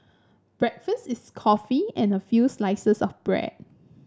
breakfast is coffee and a few slices of bread